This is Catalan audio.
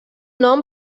nom